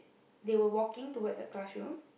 they were walking towards the classroom